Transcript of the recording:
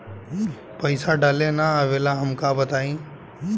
पईसा डाले ना आवेला हमका बताई?